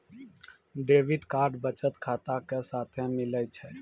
debit card बचत खाता के साथे मिलै छै